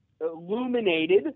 illuminated